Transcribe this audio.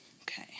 Okay